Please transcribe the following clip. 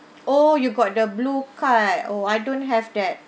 oh you got the blue card oh I don't have that